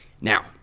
Now